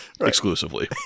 exclusively